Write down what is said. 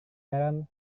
garam